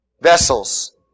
vessels